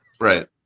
Right